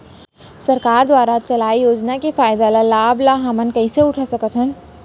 सरकार दुवारा चलाये योजना के फायदा ल लाभ ल हमन कइसे उठा सकथन?